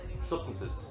substances